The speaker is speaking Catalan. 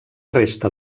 resta